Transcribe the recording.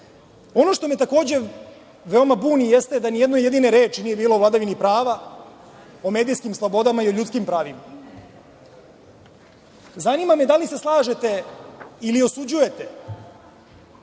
što me takođe veoma buni jeste da nijedne jedine reči nije bilo o vladavini prava, o medijskim slobodama i o ljudskim pravima. Zanima me – da li se slažete ili osuđujete